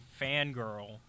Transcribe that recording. fangirl